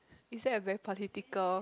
is that a very political